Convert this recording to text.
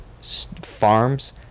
farms